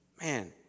Man